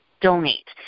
donate